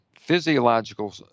physiological